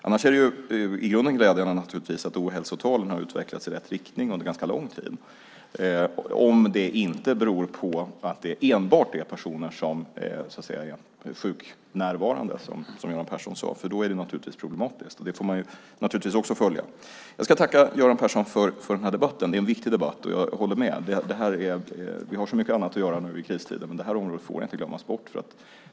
Annars är det naturligtvis i grunden glädjande att ohälsotalen har utvecklats i rätt riktning under ganska lång tid, om det inte enbart beror på att personer är sjuknärvarande, som Göran Persson sade, för då är det naturligtvis problematiskt. Det får man naturligtvis också följa. Jag tackar Göran Persson för debatten. Det är en viktig debatt. Jag håller med: Vi har mycket annat att göra nu i kristider, men det här området får inte glömmas bort.